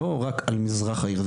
לא רק על מזרח העיר,